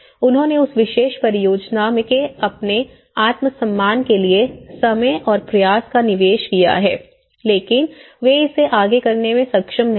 उन्होंने उस विशेष परियोजना के अपने आत्म सम्मान के लिए समय और प्रयास का निवेश किया है लेकिन वे इसे आगे करने में सक्षम नहीं थे